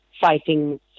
fighting